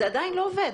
זה עדיין לא עובד,